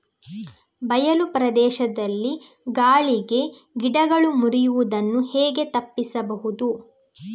ಬಯಲು ಪ್ರದೇಶದಲ್ಲಿ ಗಾಳಿಗೆ ಗಿಡಗಳು ಮುರಿಯುದನ್ನು ಹೇಗೆ ತಪ್ಪಿಸಬಹುದು?